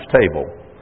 table